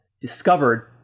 discovered